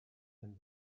and